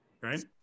Right